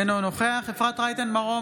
אינו נוכח אפרת רייטן מרום,